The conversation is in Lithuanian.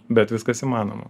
bet viskas įmanoma